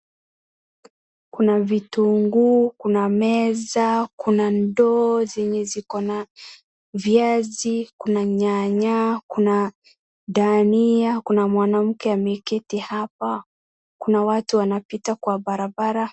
Kuna vitunguu, kuna meza, kuna ndoo zenye zikona viazi, kuna nyanya, kuna dania, kuna mwanamke ameketi hapa, kuna watu wanapita kwa barabara.